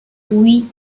oui